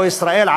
או ישראל,